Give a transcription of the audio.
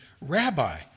Rabbi